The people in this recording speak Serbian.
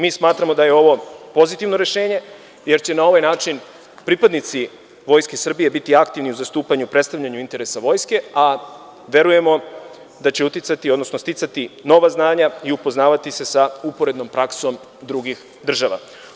Mi smatramo da je ovo pozitivno rešenje, jer će na ovaj način pripadnici Vojske Srbije biti aktivni u zastupanju i predstavljanju interesa vojske, a verujemo da će uticati, odnosno sticati nova znanja i upoznavati se sa uporednom praksom drugih država.